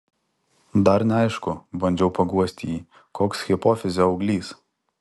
dar neaišku bandžiau paguosti jį koks hipofizio auglys